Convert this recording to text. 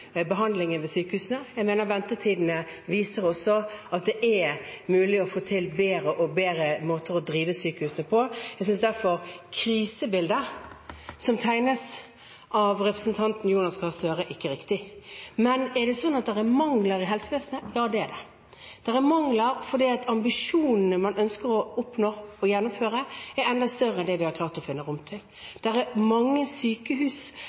behandlingen ved sykehusene. Jeg mener at ventetidene også viser at det er mulig å få til bedre måter å drive sykehusene på. Jeg synes derfor krisebildet som tegnes av representanten Jonas Gahr Støre, ikke er riktig. Er det mangler i helsevesenet? Ja, det er det. Det er mangler fordi ambisjonene man ønsker å oppnå og gjennomføre, er enda større enn det vi har klart å finne rom til. Det er mange sykehus